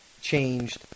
changed